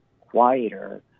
quieter